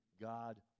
God